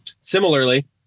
similarly